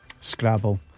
Scrabble